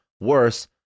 worse